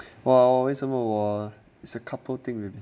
!wow! 为什么我 is a couple thing baby